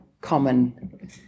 common